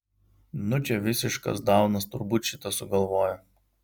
nu čia visiškas daunas turbūt šitą sugalvojo